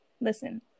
listen